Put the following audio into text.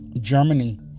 Germany